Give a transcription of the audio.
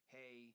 hey